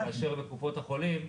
יחס אחד ל-600 --- כאשר בקופות החולים